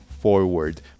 forward